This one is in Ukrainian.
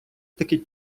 таки